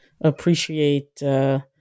appreciate